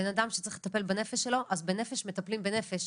בן אדם שצריך לטפל בנפש שלו, אז בנפש מטפלים בנפש.